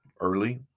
early